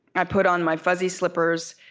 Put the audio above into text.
i put on my fuzzy slippers,